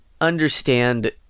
understand